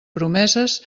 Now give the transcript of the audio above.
promeses